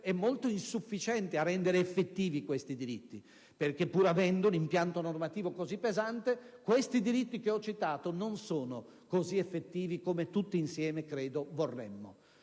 è molto insufficiente a rendere effettivi questi diritti, perché pur avendo un impianto normativo così pesante, questi diritti che ho citato non sono così effettivi come tutti insieme credo vorremmo.